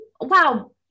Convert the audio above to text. wow